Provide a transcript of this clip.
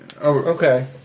Okay